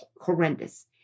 horrendous